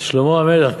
שלמה המלך,